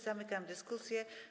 Zamykam dyskusję.